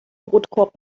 brotkorb